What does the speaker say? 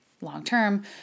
long-term